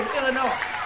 Illinois